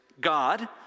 God